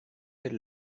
elle